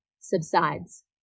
subsides